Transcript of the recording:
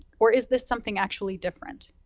or is this something actually different?